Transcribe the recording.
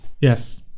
Yes